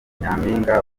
nyampinga